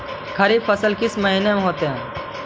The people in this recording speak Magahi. खरिफ फसल किस महीने में होते हैं?